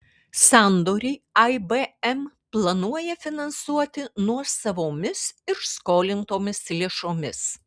sandorį ibm planuoja finansuoti nuosavomis ir skolintomis lėšomis